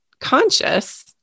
conscious